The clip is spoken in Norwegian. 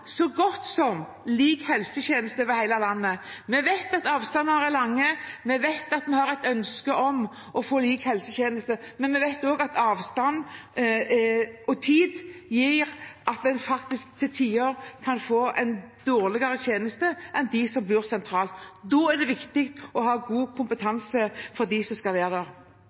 så godt som lik helsetjeneste over hele landet, men vi også vet at avstand og tid gjør at en til tider kan få en dårligere tjeneste i distriktene enn for dem som bor sentralt, er det viktig at de som skal være